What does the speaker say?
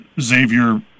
Xavier